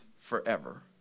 forever